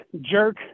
jerk